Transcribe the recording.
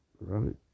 right